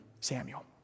Samuel